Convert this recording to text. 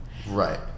Right